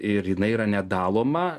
ir jinai yra nedaloma